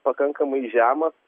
pakankamai žemas